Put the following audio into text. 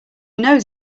knows